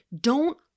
Don't